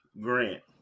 grant